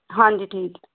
ਹਾਂਜੀ ਠੀਕ ਹੈ